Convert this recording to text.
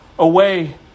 away